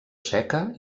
seca